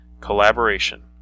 Collaboration